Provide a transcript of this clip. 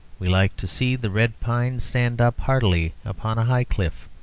we like to see the red pines stand up hardily upon a high cliff,